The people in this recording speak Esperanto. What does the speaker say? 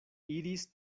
iris